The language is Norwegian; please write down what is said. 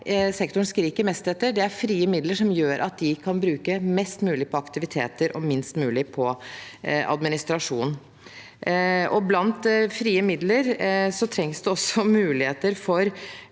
sektoren skriker mest etter, er frie midler som gjør at de kan bruke mest mulig på aktiviteter og minst mulig på administrasjon. Når det gjelder frie midler, trengs det også muligheter for